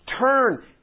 Turn